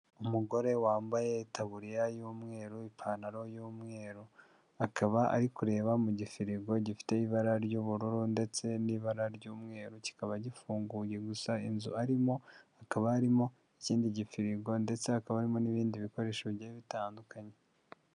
Umugore wambaye itaburiya y'umweru ipantaro y'umweru akaba ari kureba muri gifirigo gifite ibara ry'ubururu ndetse n'ibara ry'umweru kikaba gifunguye gusa inzu arimo hakaba harimo ikindi gifiringo ndetse hakaba harimo n'ibindi bikoresho bigiye bitandukanye.